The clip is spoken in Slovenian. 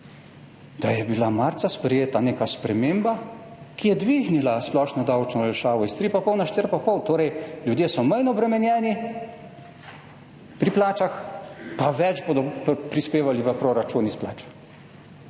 da je bila marca sprejeta neka sprememba, ki je dvignila splošno davčno olajšavo s 3,5 na 4,5. Torej, ljudje so manj obremenjeni pri plačah pa več bodo prispevali v proračun iz plač.